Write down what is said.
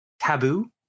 taboo